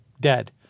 dead